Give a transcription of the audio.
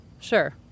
Sure